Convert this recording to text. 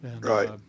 Right